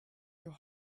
your